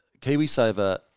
KiwiSaver